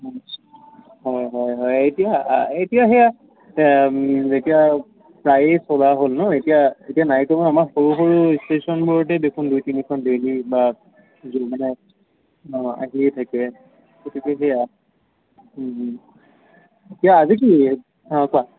হয় হয় হয় এতিয়া এতিয়া সেয়া যেতিয়া প্ৰায়ে চলা হ'ল ন এতিয়া এতিয়া নাইকমেও আমাৰ সৰু সৰু ষ্টেচনবোৰতেই দেখোন দুই তিনিখন ডেইলি বা যোৰ মানে অ' আহিয়ে থাকে গতিকে সেয়া এতিয়া আজি কি অঁ কোৱা